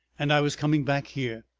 and i was coming back here.